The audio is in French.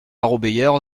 robéyère